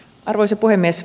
arvoisa puhemies